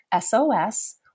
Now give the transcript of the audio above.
SOS